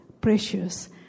precious